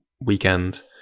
weekend